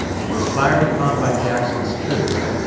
but was fired upon by jackson's troops,